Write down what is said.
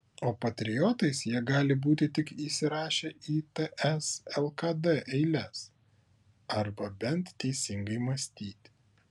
o patriotais jie gali būti tik įsirašę į ts lkd eiles arba bent teisingai mąstyti